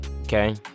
okay